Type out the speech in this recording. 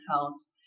accounts